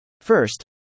First